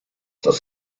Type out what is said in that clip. das